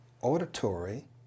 auditory